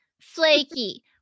flaky